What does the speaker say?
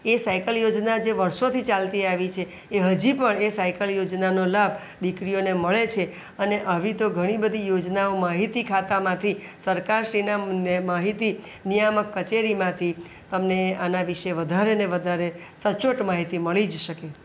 એ cycle યોજના જે વર્ષોથી ચાલતી આવી છે એ હજી પણ એ સાઇકલ યોજનાનો લાભ દીકરીઓને મળે છે અને આવી તો ઘણી બધી યોજનાઓ માહિતી ખાતામાંથી સરકાર શ્રીના માહિતી નિયામક કચેરીમાંથી તમને આના વિશે વધારે ને વધારે સચોટ માહિતી મળી જ શકે